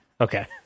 okay